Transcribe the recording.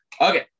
Okay